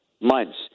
months